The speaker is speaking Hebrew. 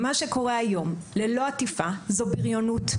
מה שקורה היום ללא עטיפה זו בריונות,